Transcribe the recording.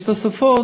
יש תוספות,